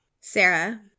Sarah